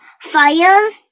fires